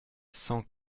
cent